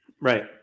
Right